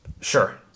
Sure